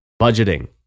budgeting